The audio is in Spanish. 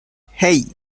hey